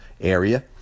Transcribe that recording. area